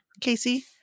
Casey